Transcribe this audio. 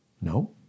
No